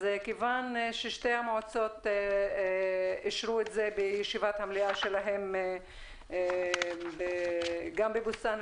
אז מכיוון ששתי המועצות אישרו את זה בישיבות המלאה שלהן גם בבוסתן